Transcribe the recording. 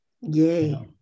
Yay